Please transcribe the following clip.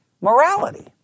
morality